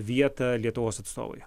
vietą lietuvos atstovui